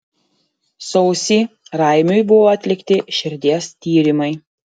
sausį raimiui buvo atlikti širdies tyrimai